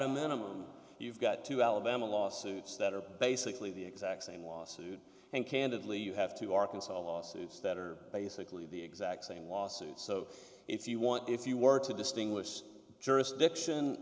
a minimum you've got to alabama lawsuits that are basically the exact same lawsuit and candidly you have to arkansas lawsuits that are basically the exact same lawsuit so if you want if you were to distinguish jurisdiction